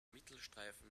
mittelstreifen